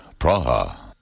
Praha